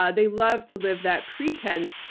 ah they love to live that pretense.